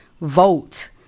vote